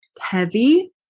heavy